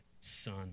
son